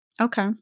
Okay